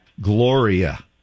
Gloria